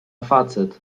facet